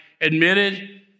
admitted